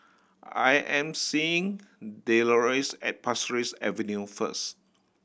I am meeting Deloris at Pasir Ris Avenue first